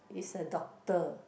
is a doctor